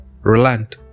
relent